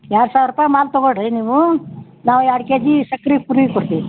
ಎರಡು ಸಾವಿರ ರೂಪಾಯಿ ಮಾಲು ತೊಗೊಳ್ಳಿರಿ ನೀವು ನಾವು ಎರಡು ಕೆ ಜಿ ಸಕ್ರೆ ಫ್ರೀ ಕೊಡ್ತೀವಿ